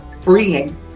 freeing